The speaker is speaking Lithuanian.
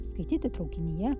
skaityti traukinyje